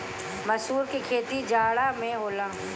मसूर के खेती जाड़ा में होला